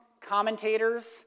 commentators